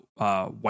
White